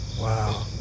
Wow